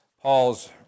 Paul's